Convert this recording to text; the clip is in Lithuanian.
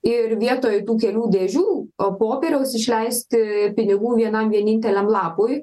ir vietoj tų kelių dėžių a popieriaus išleisti pinigų vienam vieninteliam lapui